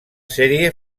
sèrie